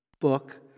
book